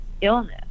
illness